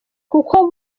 kuko